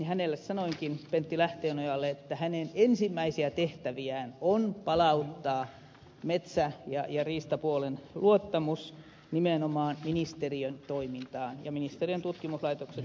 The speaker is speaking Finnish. hänelle sanoinkin pentti lähteenojalle että hänen ensimmäisiä tehtäviään on palauttaa metsä ja riistapuolen luottamus nimenomaan ministeriön toimintaan ja ministeriön tutkimuslaitoksen toimintaan